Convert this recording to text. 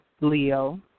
Leo